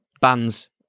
bands